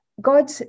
God